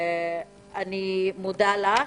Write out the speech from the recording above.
אני מודה לך,